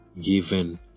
given